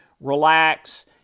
relax